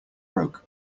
broke